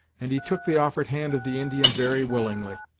and he took the offered hand of the indian very willingly.